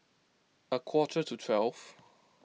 a quarter to twelve